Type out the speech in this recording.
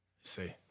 See